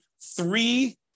three